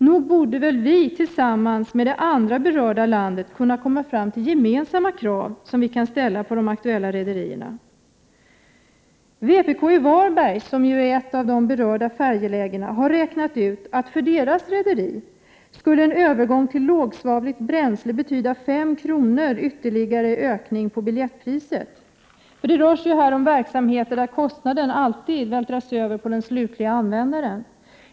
Nog borde väl vi tillsammans med det andra berörda landet kunna komma fram till gemensamma krav som sedan kan ställas på de aktuella rederierna. Prot. 1988/89:109 Vpki Varberg, där ett av de berörda färjelägena finns, har räknat ut atten 8 maj 1989 övergång till lågsvavligt bränsle skulle betyda att rederiet i fråga måste höja biljettpriset med 5 kr. Det rör sig här om verksamheter där kostnaden alltid vältras över på slutanvändaren.